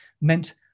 meant